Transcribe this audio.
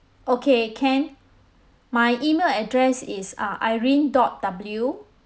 okay can my email address is uh irene dot W